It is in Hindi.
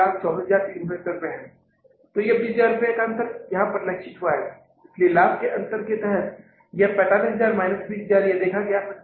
तो यह 20000 का अंतर यहाँ परिलक्षित हुआ है इसलिए लाभ के अंतर के तहत यह 45000 माइनस 20000 है यहाँ देखा गया है कि यह 25000 रुपये है